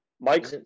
Mike